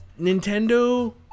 Nintendo